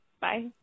Bye